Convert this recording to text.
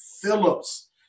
Phillips